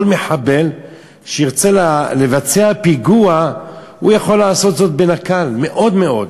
מחבל שירצה לבצע פיגוע הוא יכול לעשות זאת בנקל מאוד מאוד.